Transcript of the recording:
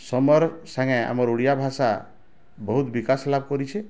ସମର୍ ସାଙ୍ଗେ ଆମର୍ ଓଡ଼ିଆଭାଷା ବହୁତ ବିକାଶ ଲାଭ କରିଛେ